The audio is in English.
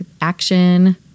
action